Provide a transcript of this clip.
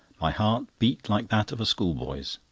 my heart beat like that of a schoolboy's.